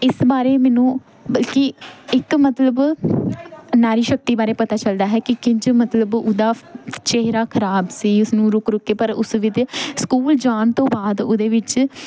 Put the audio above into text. ਇਸ ਬਾਰੇ ਮੈਨੂੰ ਬਲਕਿ ਇੱਕ ਮਤਲਬ ਨਾਰੀ ਸ਼ਕਤੀ ਬਾਰੇ ਪਤਾ ਚੱਲਦਾ ਹੈ ਕਿ ਕਿੰਝ ਮਤਲਬ ਉਹਦਾ ਚਿਹਰਾ ਖਰਾਬ ਸੀ ਉਸ ਨੂੰ ਰੁਕ ਰੁਕ ਕੇ ਪਰ ਉਸ ਵੀ 'ਤੇ ਸਕੂਲ ਜਾਣ ਤੋਂ ਬਾਅਦ ਉਹਦੇ ਵਿੱਚ